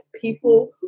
people